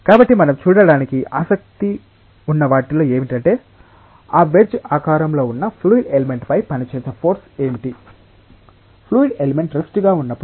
కాబట్టి మనం చూడటానికి ఆసక్తి ఉన్న వాటిలో ఏమిటంటే ఈ వెడ్జె ఆకారంలో ఉన్న ఫ్లూయిడ్ ఎలిమెంట్ పై పనిచేసే ఫోర్స్ ఏమిటిఫ్లూయిడ్ ఎలిమెంట్ రెస్ట్ గా ఉన్నప్పుడు